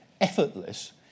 effortless